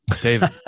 David